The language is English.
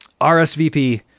RSVP